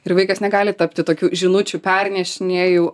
ir vaikas negali tapti tokių žinučių pernešinėju